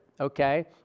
okay